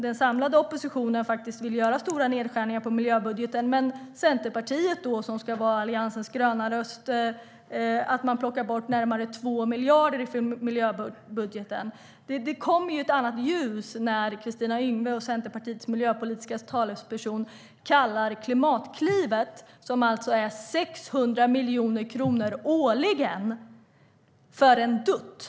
Den samlade oppositionen vill göra stora nedskärningar på miljöbudgeten. Centerpartiet, som ska vara Alliansens gröna röst, plockar bort närmare 2 miljarder i miljöbudgeten. Det kommer i ett annat ljus när Centerpartiets miljöpolitiska talesperson Kristina Yngwe kallar Klimatklivet, som är 600 miljoner kronor årligen, för en dutt.